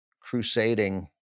crusading